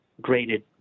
graded